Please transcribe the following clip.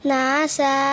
Nasa